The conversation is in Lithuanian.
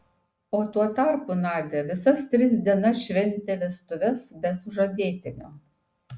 o tuo tarpu nadia visas tris dienas šventė vestuves be sužadėtinio